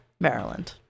Maryland